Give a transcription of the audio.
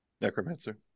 Necromancer